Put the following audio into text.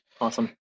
Awesome